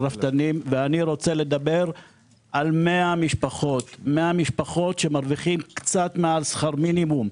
אני רוצה לדבר על 100 המשפחות שמרוויחות קצת מעל שכר מינימום,